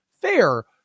Fair